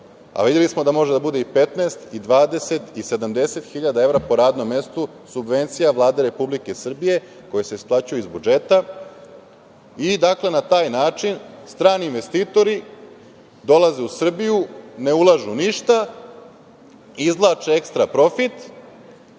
a videli smo da može da bude i 15 i 20 i 70.000 evra po radnom mestu subvencija Vlade Republike Srbije, koje se isplaćuju iz budžeta i, dakle, na taj način strani investitori dolaze u Srbiju, ne ulažu ništa, izvlače ekstraprofit,